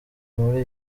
muri